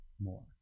more